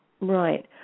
Right